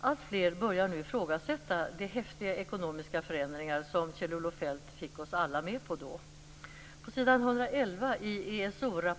Alltfler börjar nu ifrågasätta de häftiga ekonomiska förändringar som Kjell-Olof Feldt fick oss alla med på.